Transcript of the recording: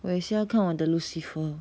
我也是要看我的 lucifer